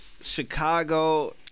Chicago